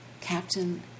captain